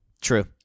True